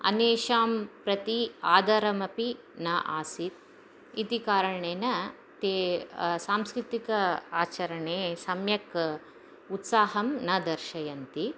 अन्येषां प्रति आदरमपि न आसी इति कारणेन ते सांस्कृतिक आचरणे सम्यक् उत्साहं न दर्शयन्ति